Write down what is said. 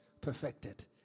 perfected